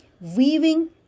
weaving